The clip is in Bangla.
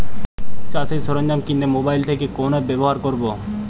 চাষের সরঞ্জাম কিনতে মোবাইল থেকে কোন অ্যাপ ব্যাবহার করব?